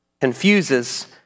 confuses